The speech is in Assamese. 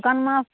শুকান মাছ